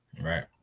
Right